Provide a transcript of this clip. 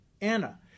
Anna